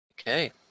Okay